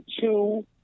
two